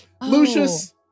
Lucius